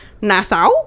NASA